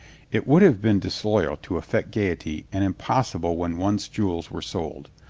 it would have been disloyal to affect gaiety and impossible when one's jewels were sold.